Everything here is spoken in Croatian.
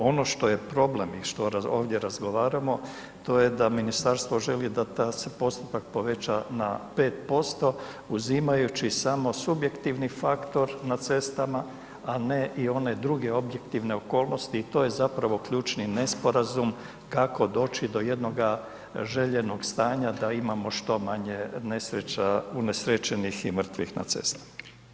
Ono što je problem i što ovdje razgovaramo to je da ministarstvo želi da taj postotak se poveća na 5% uzimajući samo subjektivni faktor na cestama, a ne i one druge objektivne okolnosti i to je zapravo ključni nesporazum kako doći do jednoga željenog stanja da imamo što manje nesreća, unesrećenih i mrtvih na cestama.